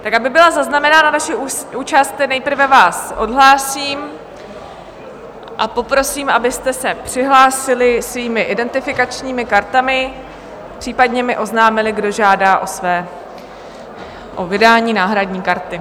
Aby byla zaznamenána naše účast, nejprve vás odhlásím a poprosím, abyste se přihlásili svými identifikačními kartami, případně mi oznámili, kdo žádá o vydání náhradní karty.